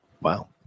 wow